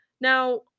Now